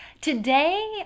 Today